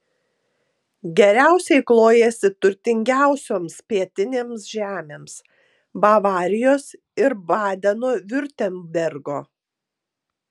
geriausiai klojasi turtingiausioms pietinėms žemėms bavarijos ir badeno viurtembergo